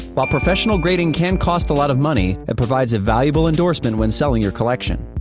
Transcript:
while professional grading can cost a lot of money, it provides a valuable endorsement when selling your collection.